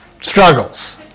struggles